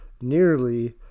nearly